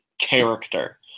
character